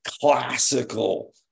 classical –